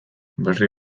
berri